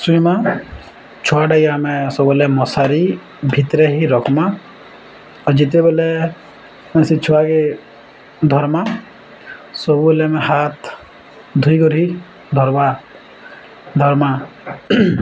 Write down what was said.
ଶୁଇମା ଛୁଆଟାକି ଆମେ ସବୁବେଲେ ମଶାରୀ ଭିତରେ ହି ରଖ୍ମା ଆଉ ଯେତେବେଲେ ସେ ଛୁଆକେ ଧର୍ମା ସବୁବେଲେ ଆମେ ହାତ ଧୁଇ କରି ଧର୍ବା ଧର୍ମା